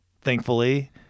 thankfully